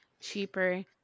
cheaper